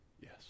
Yes